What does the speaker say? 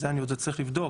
זה אני עוד צריך לבדוק,